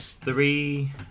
Three